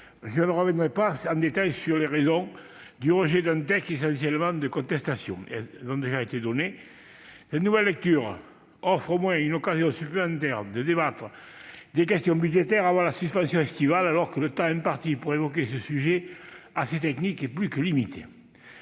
Je ne reviendrai pas en détail sur les raisons du rejet d'un texte essentiellement de constatation. Elles ont déjà été données. Cette nouvelle lecture offre au moins une occasion supplémentaire de débattre des questions budgétaires avant la suspension estivale, même si le temps imparti pour évoquer ce sujet assez technique est plus que limité.